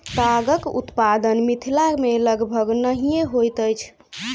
तागक उत्पादन मिथिला मे लगभग नहिये होइत अछि